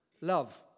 love